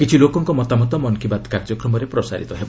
କିଛି ଲୋକଙ୍କ ମତାମତ ମନ୍ କୀ ବାତ୍ କାର୍ଯ୍ୟକ୍ରମରେ ପ୍ରସାରିତ ହେବ